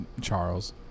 Charles